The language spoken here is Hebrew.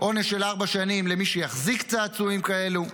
עונש של ארבע שנים למי שיחזיק צעצועים כאלו.